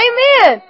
Amen